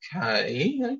okay